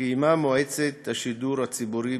קיימה מועצת השידור הציבורי,